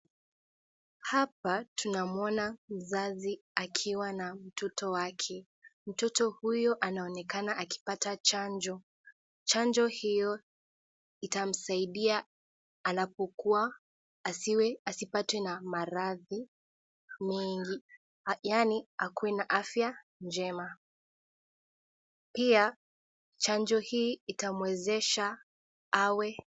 Hapa tunamuona mzazi akiwa na mtoto wake . Mtoto huyu anaonekana akipata chanjo. Chanjo hiyo itamsaidia anapokuwa asiwe asipatwe na maradhi mengi yaani akuwe na afya njema , pia chanjo hii itamwezesha awe.